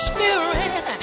Spirit